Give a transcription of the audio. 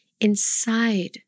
inside